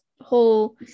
Whole